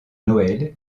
noël